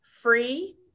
free